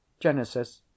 Genesis